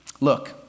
look